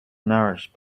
nourished